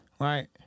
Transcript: Right